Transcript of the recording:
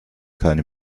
keine